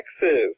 Texas